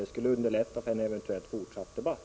Det skulle underlätta en eventuellt fortsatt debatt.